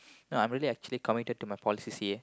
no I'm really actually committed to my poly C_C_A